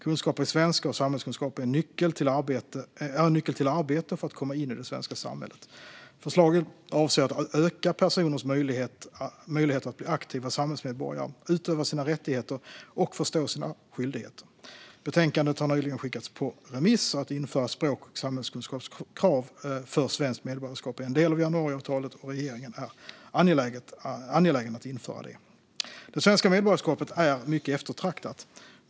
Kunskaper i svenska och samhällskunskap är en nyckel till arbete och till att komma in i det svenska samhället. Förslagen avser att öka personers möjligheter att bli aktiva samhällsmedborgare, utöva sina rättigheter och förstå sina skyldigheter. Betänkandet har nyligen skickats på remiss. Att införa språk och samhällskunskapskrav för svenskt medborgarskap är en del av januariavtalet, och regeringen är angelägen att införa det. Det svenska medborgarskapet är mycket eftertraktat.